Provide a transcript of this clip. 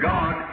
God